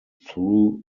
through